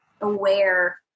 aware